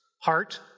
heart